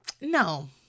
No